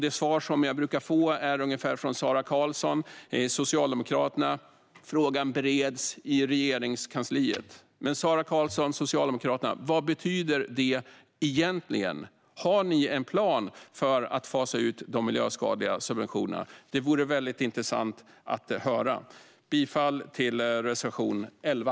Det svar som jag brukar få från Sara Karlsson och Socialdemokraterna är att frågan bereds i Regeringskansliet. Men, Sara Karlsson, vad betyder det egentligen? Har ni en plan för att fasa ut de miljöskadliga subventionerna? Det vore mycket intressant att få höra. Jag yrkar bifall till reservation 11.